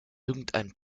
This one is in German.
irgendeinem